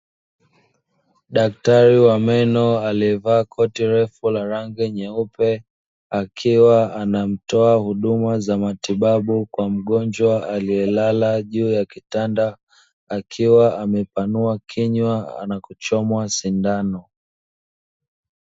Daktari wa meno aliyevaa koti refu la rangi nyeupe, akiwa ana mtoa huduma za matibabu kwa mgonjwa aliyelala juu ya kitanda, akiwa amepanua kinywa na kuchomwa sindano.